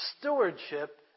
Stewardship